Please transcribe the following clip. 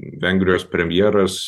vengrijos premjeras